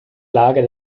lager